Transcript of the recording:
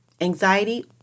Anxiety